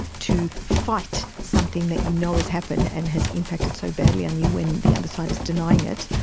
to fight something that you know has happened and has impacted so badly on you when the other side is denying it,